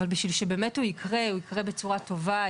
אבל בשביל שבאמת הוא יקרה ויקרה בצורה טובה,